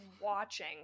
watching